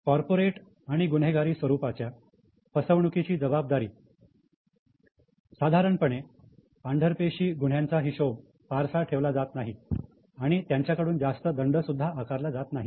corporate आणि गुन्हेगारी स्वरूपाच्या फसवणूकीची जबाबदारी साधारणपणे पांढरपेशी गुन्ह्यांचा हिशोब फारसा ठेवला जात नाही आणि त्यांच्याकडून जास्त दंड सुद्धा आकारला जात नाही